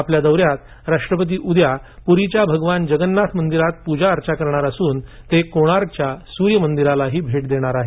आपल्या दौऱ्यात राष्ट्रपती उद्या पुरीच्या भगवान जगन्नाथ मंदिरात पूजा अर्चा करणार असून ते कोणार्कच्या सूर्य मंदिराला भेट देणार आहेत